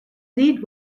lead